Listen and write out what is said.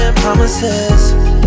promises